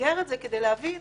למסגר את זה כדי להבין